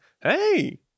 Hey